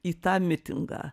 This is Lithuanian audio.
į tą mitingą